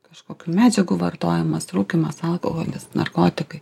kažkokių medžiagų vartojimas rūkymas alkoholis narkotikai